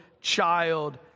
child